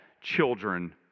children